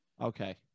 okay